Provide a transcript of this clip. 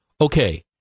Okay